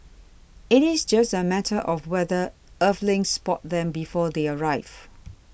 it is just a matter of whether Earthlings spot them before they arrive